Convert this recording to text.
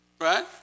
Right